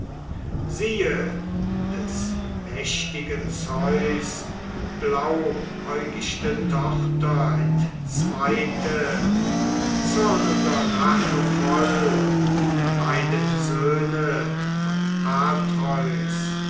siehe des mächtigen zeus blauäugichte tochter entzweite zürnender rache voll die beiden söhne von atreus